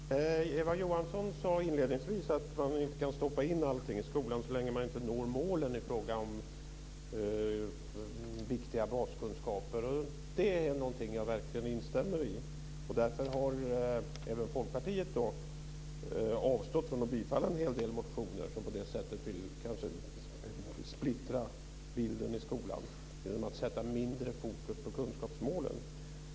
Fru talman! Eva Johansson sade inledningsvis att man inte kan stoppa in allting i skolan så länge man inte når målen i fråga om viktiga baskunskaper. Det är någonting som jag verkligen instämmer i. Därför har även Folkpartiet avstått från att tillstyrka en hel del motioner som vill splittra bilden i skolan genom att sätta mindre fokus på kunskapsmålen.